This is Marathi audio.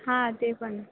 हां ते पण आहे